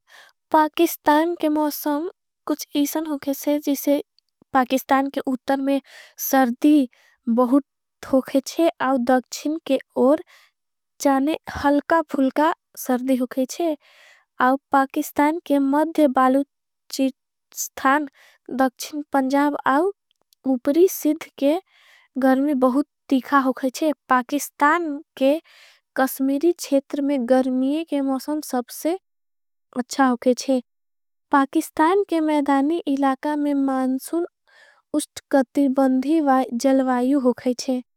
पाकिस्तान के मौसम कुछ इशन होके थे जिसे। पाकिस्तान के उतर में सर्दी बहुत होके थे और। दक्षिन के ओर जाने हलका फुलका सर्दी होके थे। पाकिस्तान के मद्ध बालो चि स्थान दक्षिन पंजाब। ऑपरी सिध के गर्मी तीका होके थे पाकिस्तान के। कसमीरी छेतर में गर्मीये के मौसम सबसे अच्छा। होके थे पाकिस्तान के मैदानी इलाका में मानसुन। उश्ट कतिरबंधी जलवायू हो खैचे।